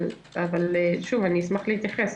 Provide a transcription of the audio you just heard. אני אשמח להתייחס.